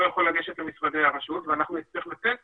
יכול לגשת למשרדי הרשות ואנחנו נצטרך לתת